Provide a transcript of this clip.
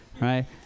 right